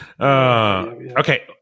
Okay